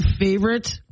favorite